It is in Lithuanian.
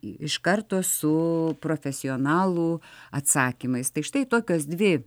iš karto su profesionalų atsakymais tai štai tokios dvi